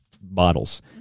bottles